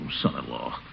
son-in-law